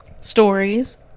stories